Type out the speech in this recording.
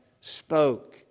spoke